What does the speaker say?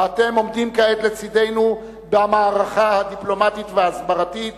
ואתם עומדים כעת לצדנו במערכה הדיפלומטית וההסברתית